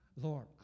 Lord